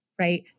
Right